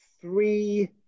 three